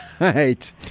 Right